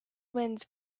winds